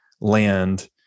land